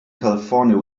california